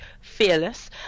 fearless